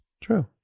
true